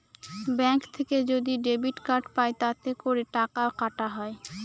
bank থেকে যদি debit card পাই তাতে করে টাকা কাটা হয়